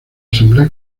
asamblea